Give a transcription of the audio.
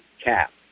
cap